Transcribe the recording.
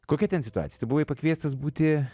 kokia ten situacija tu buvo pakviestas būti